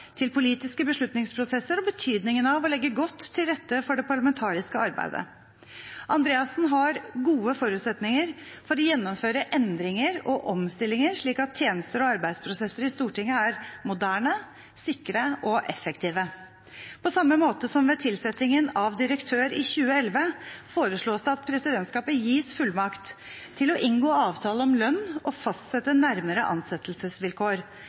til politiske beslutningsprosesser og betydningen av å legge godt til rette for det parlamentariske arbeidet. Andreassen har gode forutsetninger for å gjennomføre endringer og omstillinger, slik at tjenester og arbeidsprosesser i Stortinget er moderne, sikre og effektive. På samme måte som ved tilsettingen av direktør i 2011 foreslås det at presidentskapet gis fullmakt til å inngå avtale om lønn og fastsette nærmere ansettelsesvilkår.